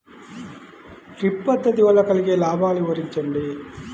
Drip పద్దతి వల్ల కలిగే లాభాలు వివరించండి?